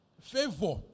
Favor